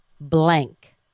blank